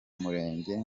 murenge